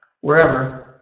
wherever